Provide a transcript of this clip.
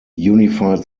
unified